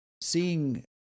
seeing